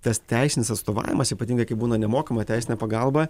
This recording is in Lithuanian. tas teisinis atstovavimas ypatingai kai būna nemokama teisinė pagalba